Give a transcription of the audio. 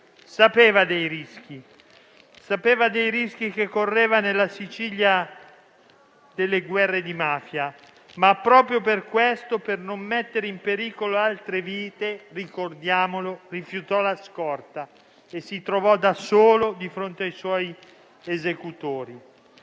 Sapeva dei rischi che correva nella Sicilia delle guerre di mafia, ma proprio per questo, per non mettere in pericolo altre vite (ricordiamolo), rifiutò la scorta e si trovò da solo di fronte ai suoi esecutori.